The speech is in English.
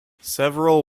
several